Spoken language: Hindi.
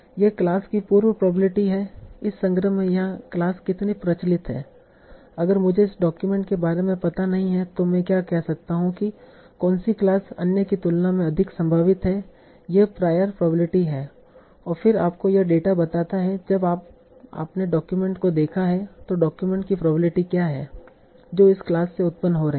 यह क्लास की पूर्व प्रोबेबिलिटी है इस संग्रह में यह क्लास कितनी प्रचलित है अगर मुझे इस डॉक्यूमेंट के बारे में पता नहीं है तो मैं क्या कह सकता हूं कि कौनसी क्लास अन्य की तुलना में अधिक संभावित है यह प्रायर प्रोबेबिलिटी है और फिर आपको यह डेटा बताता है जब आपने डॉक्यूमेंट को देखा है तो डॉक्यूमेंट की प्रोबेबिलिटी क्या है जो इस क्लास से उत्पन्न हो रही है